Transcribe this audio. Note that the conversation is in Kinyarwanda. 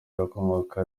irakongoka